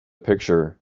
picture